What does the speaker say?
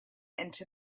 into